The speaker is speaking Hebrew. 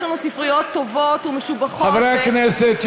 יש לנו ספריות טובות ומשובחות --- חברי הכנסת,